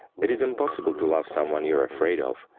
it is impossible to love someone you are afraid of.